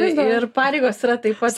ir pareigos yra taip pat